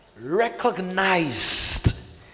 recognized